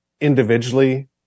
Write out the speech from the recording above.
individually